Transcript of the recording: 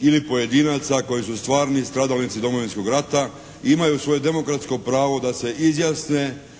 ili pojedinaca koji su stvarni stradalnici Domovinskog rata i imaju svoje demokratsko pravo da se izjasne